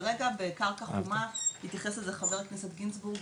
כרע בקרקע חומה והתייחס לזה גם חבר הכנסת גינזבורג,